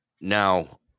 now